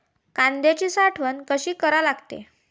कांद्याची साठवन कसी करा लागते?